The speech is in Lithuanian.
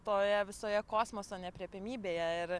toje visoje kosmoso neaprėpiamybėje ir